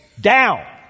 down